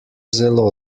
zelo